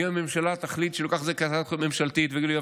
ואם הממשלה תחליט שהיא לוקחת את זה כהצעת חוק ממשלתית ותגיד לי: יואב,